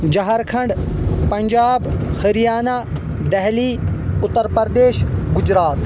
Jharkhand Punjab Haryana Delhi Uttar Pradesh Gujarat